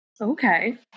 okay